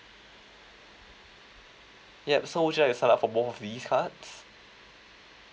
yup so would you like to sign up for one of these cards